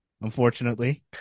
Unfortunately